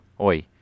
oi